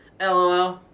LOL